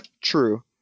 True